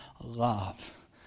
love